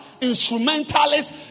instrumentalists